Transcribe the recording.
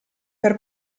per